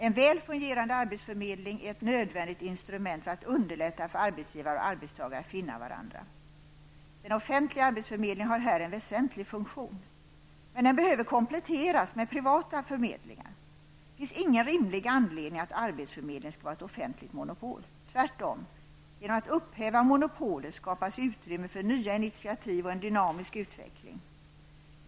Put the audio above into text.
En väl fungerande arbetsförmedling är ett nödvändigt instrument för att underlätta för arbetsgivare och arbetstagare att finna varandra. Den offentliga arbetsförmedlingen har här en väsentlig funktion. Men den behöver kompletteras med privata förmedlingar. Det finns ingen rimlig anledning att arbetsförmedling skall vara ett offentligt monopol. Tvärtom: Genom att upphäva monopolet skapas utrymme för nya initiativ och en dynamisk utveckling.